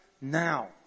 now